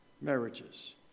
marriages